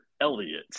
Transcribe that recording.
Elliot